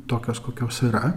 tokias kokios yra